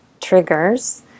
triggers